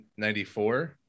94